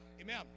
Amen